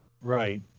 Right